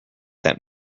that